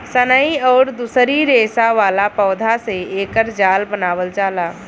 सनई अउरी दूसरी रेसा वाला पौधा से एकर जाल बनावल जाला